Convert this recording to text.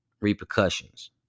repercussions